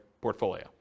portfolio